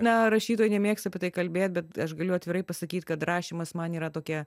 na rašytojai nemėgsta apie tai kalbėt bet aš galiu atvirai pasakyt kad rašymas man yra tokia